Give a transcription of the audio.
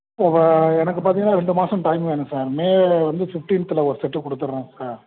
உங்கள் எனக்கு பார்த்தீங்கன்னா ரெண்டு மாதம் டைம் வேணும் சார் மே வந்து ஃப்ஃடீன்த்தில் ஒரு செட்டு கொடுத்துட்றோம் சார்